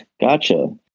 Gotcha